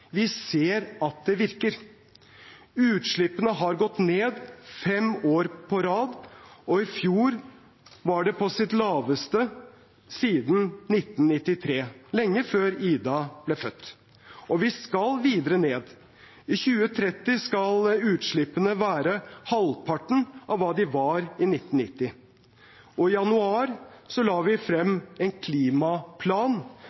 vi ser at det virker. Utslippene har gått ned fem år på rad, og i fjor var de på sitt laveste siden 1993, lenge før Ida ble født. Og vi skal videre ned. I 2030 skal utslippene være halvparten av hva de var i 1990, og i januar la vi